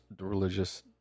religious